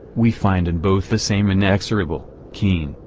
we find in both the same inexorable, keen,